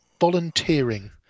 volunteering